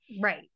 Right